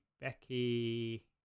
Becky